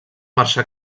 marxar